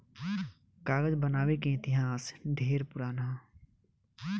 कागज बनावे के इतिहास ढेरे पुरान ह